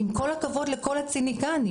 עם כל הכבוד לכל הציניקנים.